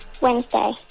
Wednesday